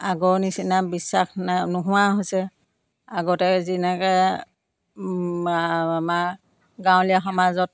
আগৰ নিচিনা বিশ্বাস নাই নোহোৱা হৈছে আগতে যেনেকৈ আমাৰ গাঁৱলীয়া সমাজত